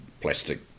plastic